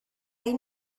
این